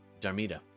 Darmida